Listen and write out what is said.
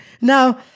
Now